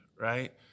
right